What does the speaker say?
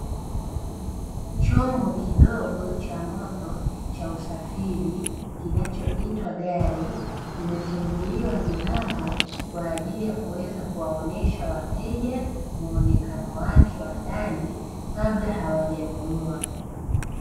Chombo kidogo cha moto cha usafiri kinachoitwa gari, kimefunguliwa milango kwa ajili ya kuweza kuwaonesha wateja muonekano wake wa ndani, kabla hawajanunua.